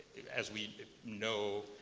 as we know,